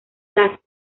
las